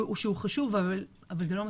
הוא חשוב, אבל זה לא מספיק.